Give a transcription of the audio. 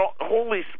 holy